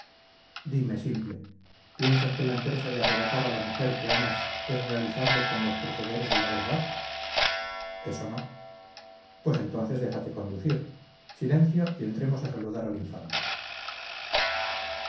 dime simple piensas que la empresa de arrebatar a la mujer que amas es realizable con los procederes de la verdad eso no pues entonces déjate conducir silencio y entremos a saludar al infante